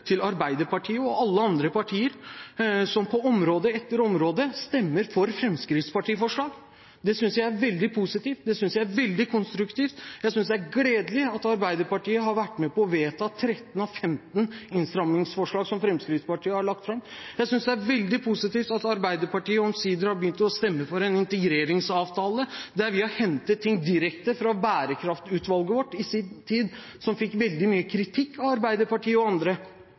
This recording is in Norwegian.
til Arbeiderpartiet og alle andre partier, som på område etter område stemmer for fremskrittspartiforslag. Det synes jeg er veldig positivt, det synes jeg er veldig konstruktivt. Jeg synes det er gledelig at Arbeiderpartiet har vært med på å vedta 13 av 15 innstramningsforslag som Fremskrittspartiet har lagt fram. Jeg synes det er veldig positivt at Arbeiderpartiet omsider har begynt å stemme for en integreringsavtale, der vi har hentet ting direkte fra bærekraftutvalget vårt, som i sin tid fikk veldig mye kritikk av Arbeiderpartiet og andre.